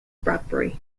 bradbury